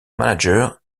manager